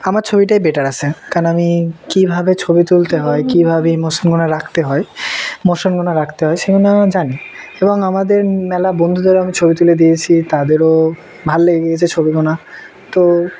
আমার ছবিটাই বেটার আসে কারণ আমি কীভাবে ছবি তুলতে হয় কীভাবে ইমোশনগুলো রাখতে হয় ইমোশনগুলো রাখতে হয় সেগুলো আমি জানি এবং আমাদের মেলা বন্ধুদেরও আমি ছবি তুলে দিয়েছি তাদেরও ভালো লেগেছে ছবিগুলো তো